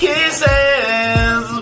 Kisses